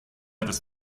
das